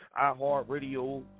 iHeartRadio